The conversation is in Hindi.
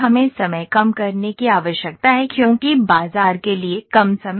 हमें समय कम करने की आवश्यकता है क्योंकि बाजार के लिए कम समय